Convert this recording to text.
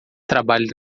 trabalha